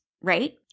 right